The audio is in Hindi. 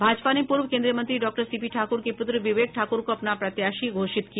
भाजपा ने पूर्व केन्द्रीय मंत्री डॉक्टर सीपी ठाकुर के पुत्र विवेक ठाकुर को अपना प्रत्याशी घोषित किया